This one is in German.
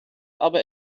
aber